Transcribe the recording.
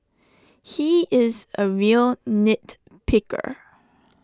he is A real nit picker